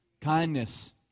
kindness